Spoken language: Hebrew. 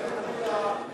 גברתי, הודעה אישית.